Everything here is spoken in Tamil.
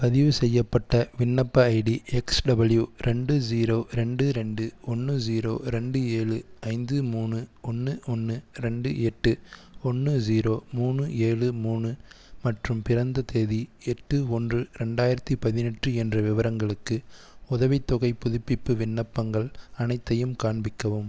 பதிவுசெய்யப்பட்ட விண்ணப்ப ஐடி எக்ஸ் டபுள்யூ ரெண்டு ஜீரோ ரெண்டு ரெண்டு ஒன்று ஜீரோ ரெண்டு ஏழு ஐந்து மூணு ஒன்று ஒன்று ரெண்டு எட்டு ஒன்னு ஜீரோ மூணு ஏழு மூணு மற்றும் பிறந்த தேதி எட்டு ஒன்று ரெண்டாயிரத்து பதினெட்டு என்ற விவரங்களுக்கு உதவித்தொகைப் புதுப்பிப்பு விண்ணப்பங்கள் அனைத்தையும் காண்பிக்கவும்